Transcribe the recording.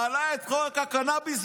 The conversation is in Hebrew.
מעלה את חוק הקנביס,